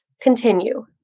continue